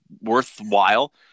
worthwhile